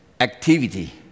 activity